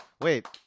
Wait